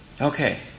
Okay